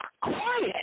quiet